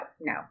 no